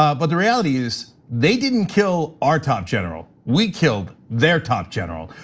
ah but the reality is they didn't kill our top general. we killed their top general.